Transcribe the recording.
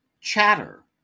Chatter